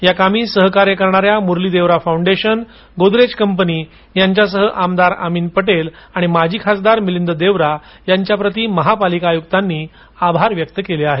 याकामी सहकार्य करणाऱ्या मुरली देवरा फाऊंडेशन गोदरेज कंपनी यांच्यासह आमदार अमिन पटेल आणि माजी खासदार मिलिंद देवरा यांच्याप्रती महापालिका आयुक्तांनी आभार व्यक्त केले आहेत